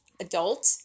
adult